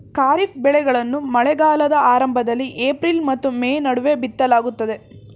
ಖಾರಿಫ್ ಬೆಳೆಗಳನ್ನು ಮಳೆಗಾಲದ ಆರಂಭದಲ್ಲಿ ಏಪ್ರಿಲ್ ಮತ್ತು ಮೇ ನಡುವೆ ಬಿತ್ತಲಾಗುತ್ತದೆ